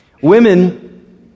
Women